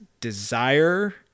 desire